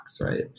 right